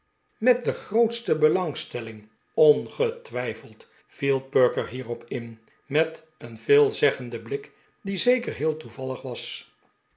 met de grootste belangstelling ongetwijfeld viel perker hierop in met een veelzeggenden blik die zeker heel toevallig was